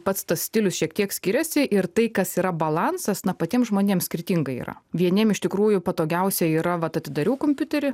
pats tas stilius šiek tiek skiriasi ir tai kas yra balansas na patiem žmonėm skirtingai yra vieniem iš tikrųjų patogiausia yra vat atidariau kompiuterį